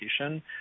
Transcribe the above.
education